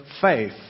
faith